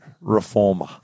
reformer